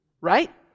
right